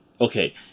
okay